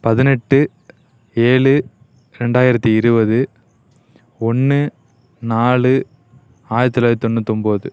பதினெட்டு ஏழு ரெண்டாயிரத்தி இருபது ஒன்று நாலு ஆயிரத் தொள்ளாயித் தொண்ணூத்தொம்பது